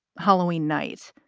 halloween night.